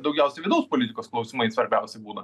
daugiausiai vidaus politikos klausimai svarbiausi būna